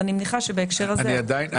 כך שבהקשר הזה --- אני עדיין לא מבין.